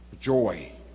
joy